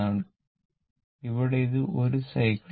ഇവിടെ ഇത് 1 സൈക്കിൾ ആണ്